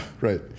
right